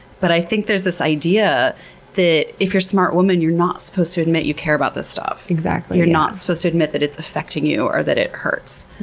but i think there's this idea that if you're smart woman, you're not supposed to admit you care about this stuff. exactly. you're not supposed to admit that it's affecting you or that it hurts,